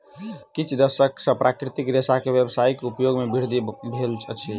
किछ दशक सॅ प्राकृतिक रेशा के व्यावसायिक उपयोग मे वृद्धि भेल अछि